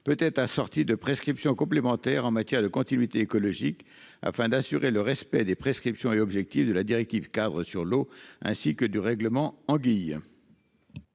peut être assorti de prescriptions complémentaires en matière de continuité écologique afin d'assurer le respect des prescriptions et objectifs de la directive-cadre sur l'eau ainsi que du règlement anguilles.